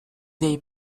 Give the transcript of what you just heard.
they